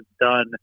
done